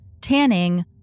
tanning